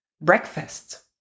breakfast